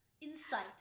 Insight